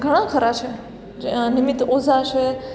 ઘણા ખરા છે જે નિમિત્ત ઓઝા છે